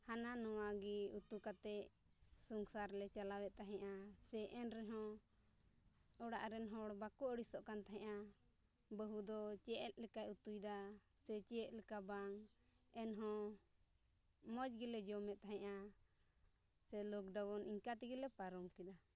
ᱦᱟᱱᱟ ᱱᱷᱟᱣᱟ ᱜᱮ ᱩᱛᱩ ᱠᱟᱛᱮ ᱥᱚᱝᱥᱟᱨ ᱞᱮ ᱪᱟᱞᱟᱣᱮᱫ ᱛᱟᱦᱮᱜᱼᱟ ᱮᱱ ᱨᱮᱦᱚᱸ ᱚᱲᱟᱜ ᱨᱮᱱ ᱦᱚᱲ ᱵᱟᱠᱚ ᱟᱹᱲᱤᱥᱚᱜ ᱠᱟᱱ ᱛᱟᱦᱮᱜᱼᱟ ᱵᱟᱹᱦᱩ ᱫᱚ ᱪᱮᱫ ᱞᱮᱠᱟᱭ ᱩᱛᱩᱭᱫᱟ ᱪᱮᱫ ᱞᱮᱠᱟ ᱵᱟᱝ ᱮᱱᱦᱚᱸ ᱢᱚᱡᱽ ᱜᱮᱞᱮ ᱡᱚᱢᱮᱫ ᱛᱟᱦᱮᱸᱫᱼᱟ ᱥᱮ ᱞᱚᱠ ᱰᱟᱣᱩᱱ ᱚᱱᱠᱟ ᱛᱮᱜᱮ ᱞᱮ ᱯᱟᱨᱚᱢ ᱠᱮᱫᱟ